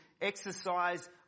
exercise